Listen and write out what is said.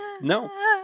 No